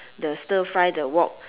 the stir fry the wok